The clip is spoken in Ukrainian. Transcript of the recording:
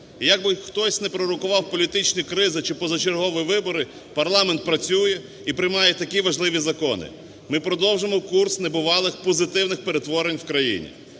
як би хтось не пророкував політичні кризи чи позачергові вибори, парламент працює і приймає такі важливі закони. Ми продовжимо курс небувалих позитивних перетворень в країні.